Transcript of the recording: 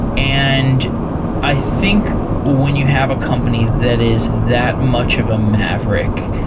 and i think when you have a company that is that much of a maverick,